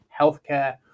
healthcare